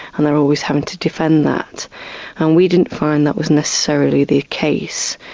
and they're always having to defend that. and we didn't find that was necessarily the case.